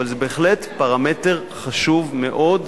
אבל זה בהחלט פרמטר חשוב מאוד,